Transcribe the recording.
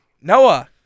Noah